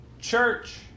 church